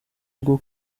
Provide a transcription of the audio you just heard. bwo